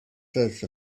search